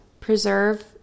preserve